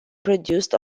produced